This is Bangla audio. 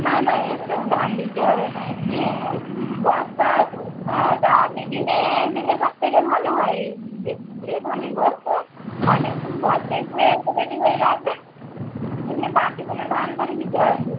না না এক্সট্রা ধান দিতে হবে না এমনি বস্তা টা আপনি কিনে দিলে সবথেকে ভালো হয় যে যে ধানের বস্তা আপনি বস্তায় পুরে রেডি করে রাখবেন এমনি বাড়তি কোনো ধান টান দিতে হবে না